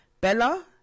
Bella